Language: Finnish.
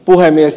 puhemies